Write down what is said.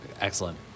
Excellent